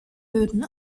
böden